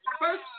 first